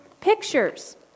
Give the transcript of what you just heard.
pictures